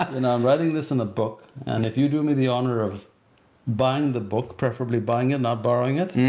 that. and i'm writing this in a book, and if you do me the honor of buying the book, preferably buying it, not borrowing it,